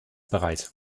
bereit